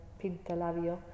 pintalabio